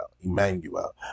Emmanuel